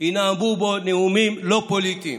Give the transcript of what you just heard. ינאמו בו נאומים לא פוליטיים.